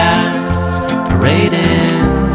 Parading